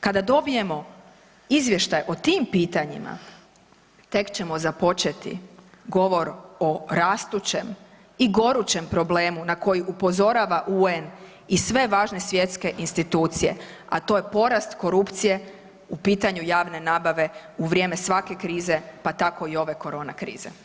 Kada dobijemo izvještaj o tim pitanjima tek ćemo započeti govor o rastućem i gorućem problemu na koji upozorava UN i sve važne svjetske institucije, a to je porast korupcije u pitanju javne nabave u vrijeme svake krize, pa tako i ove korona krize.